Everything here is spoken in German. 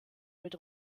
mit